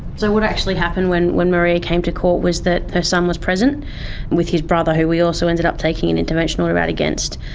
so what actually happened when when maria came to court was that her son was present with his brother, who we also ended up taking an intervention order out against.